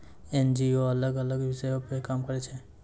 NGO अलग अलग विषयो पे काम करै छै